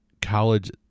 college